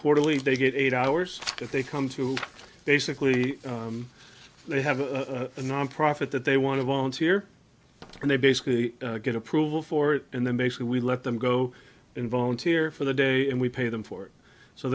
quarterly they get eight hours if they come to basically they have a nonprofit that they want to volunteer and they basically get approval for it and then basically we let them go in volunteer for the day and we pay them for it so